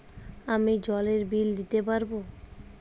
আমি জলের বিল দিতে পারবো?